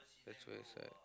that's very sad